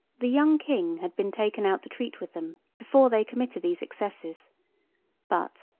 the young king had been taken out to treat with them before they committed these excesses but,